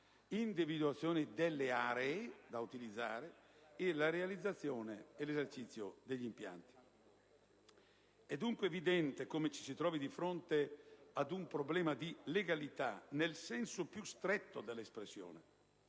individuazione delle aree da utilizzare, di realizzazione ed esercizio degli impianti. È dunque evidente come ci si trovi di fronte ad un problema di legalità nel senso più stretto dell'espressione,